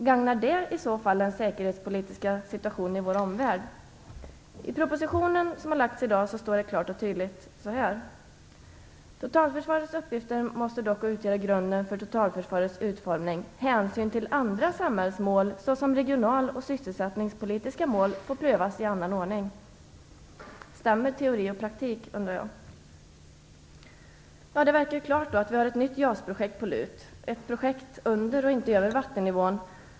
Gagnar det i så fall den säkerhetspolitiska situationen i vår omvärld? I den proposition som lagts fram i dag står det klart och tydligt: Totalförsvarets uppgifter måste dock utgöra grunden för totalförsvarets utformning. Hänsyn till andra samhällsmål såsom regional och sysselsättningspolitiska mål får prövas i annan ordning. Stämmer teori och praktik? Det verkar alltså vara klart att vi har ett nytt JAS projekt på lut - ett projekt under, inte över, vattennivån.